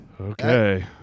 Okay